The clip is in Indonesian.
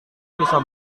bisa